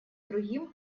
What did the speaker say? другим